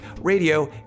radio